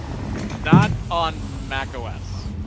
not on mac ah ah os.